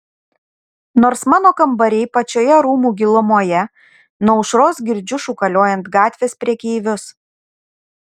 nors mano kambariai pačioje rūmų gilumoje nuo aušros girdžiu šūkaliojant gatvės prekeivius